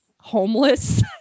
homeless